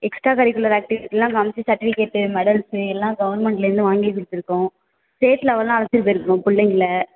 extra curricular activity எல்லாம் காமிச்சு certificate medals எல்லாம் கவர்மெண்ட்லேந்து வாங்கிக் கொடுது்துருக்கோம் ஸ்டேட் லெவல்லாம் அழைச்சிட்டுப் போயிருக்கோம் பிள்ளைங்கள